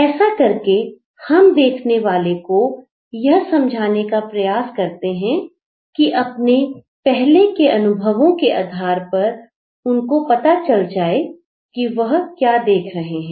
ऐसा करके हम देखने वाले को यह समझाने का प्रयास करते हैं कि अपने पहले के अनुभवों के आधार पर उनको पता चल जाए कि वह क्या देख रहे हैं